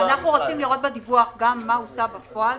אנחנו רוצים לראות בדיווח גם מה הוצא בפועל,